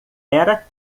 era